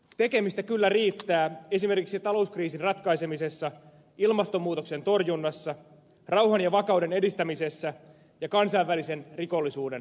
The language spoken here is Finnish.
tekemistä kyllä riittää esimerkiksi talouskriisin ratkaisemisessa ilmastonmuutoksen torjunnassa rauhan ja vakauden edistämisessä ja kansainvälisen rikollisuuden torjunnassa